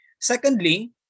Secondly